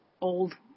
old